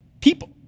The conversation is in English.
people